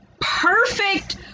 perfect